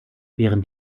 während